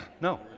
No